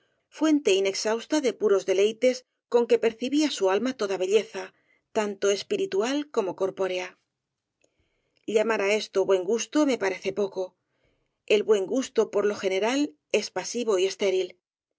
fuente inexhausta de puros deleites con que percibía su alma toda belleza tanto espiritual cuanto corpórea llamar á esto buen gusto me parece poco el buen gusto por lo general es pasivo y estéril